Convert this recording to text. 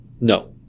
No